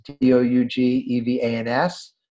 D-O-U-G-E-V-A-N-S